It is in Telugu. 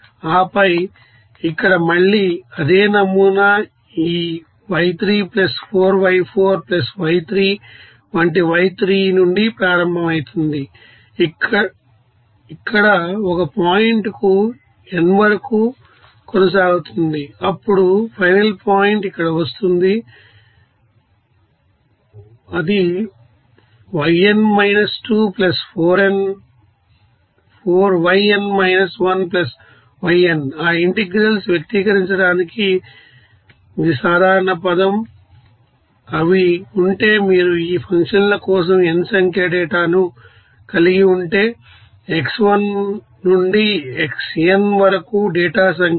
ఆపై ఇక్కడ మళ్ళీ అదే నమూనా ఈ y3 4 y4 y5 వంటి y3 నుండి ప్రారంభమవుతుంది ఇది ఇక్కడ ఒక పాయింట్ n వరకు కొనసాగుతుంది అప్పుడు ఫైనల్ పాయింట్ ఇక్కడ వస్తుంది ఆ ఇంటెగ్రల్స్ వ్యక్తీకరించడానికి ఇది సాధారణ పదం అవి ఉంటే మీరు ఈ ఫంక్షన్ల కోసం n సంఖ్య డేటాను కలిగి ఉంటే x1 నుండి xn వరకు డేటా సంఖ్య